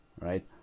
right